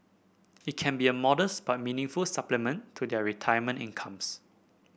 it can be a modest but meaningful supplement to their retirement incomes